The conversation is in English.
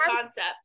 concept